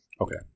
Okay